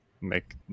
make